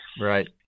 Right